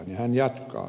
ja hän jatkaa